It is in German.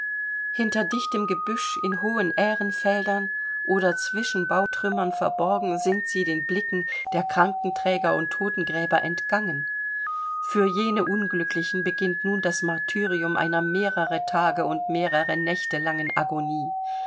hinter dichtem gebüsch in hohen ährenfeldern oder zwischen bautrümmern verborgen sind sie den blicken der krankenträger und totengräber entgangen für jene unglücklichen beginnt nun das martyrium einer mehrere tage und mehrere nächte langen agonie